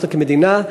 אנחנו כמדינה,